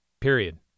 Period